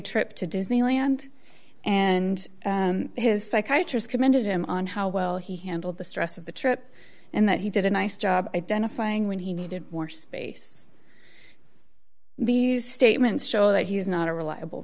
trip to disneyland and his psychiatry's commended him on how well he handled the stress of the trip and that he did a nice job identifying when he needed more space these statements show that he is not a reliable